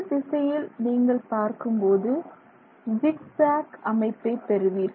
இந்த திசையில் நீங்கள் பார்க்கும்போது ஜிக் ஜேக் அமைப்பை பெறுவீர்கள்